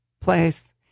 place